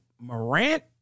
Morant